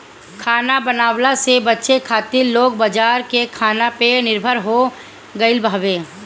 खाना बनवला से बचे खातिर लोग बाजार के खाना पे निर्भर हो गईल हवे